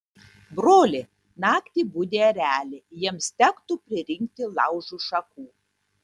broli naktį budi ereliai jiems tektų pririnkti laužui šakų